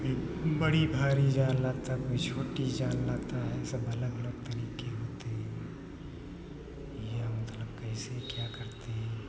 कोई बड़ी भारी जाल लाता कोई छोटी जाल लाता है सब अलग तरीके होते हैं या मतलब कैसे क्या करते हैं